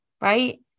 right